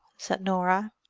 said norah.